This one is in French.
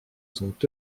sont